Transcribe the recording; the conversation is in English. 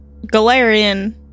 Galarian